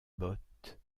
bottes